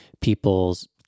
people's